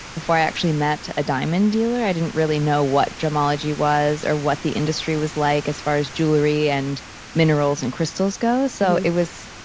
before i actually met a diamond dealer, i didn't really know what gemology was or what the industry was like as far as jewelry, and minerals, and crystals goes so it was,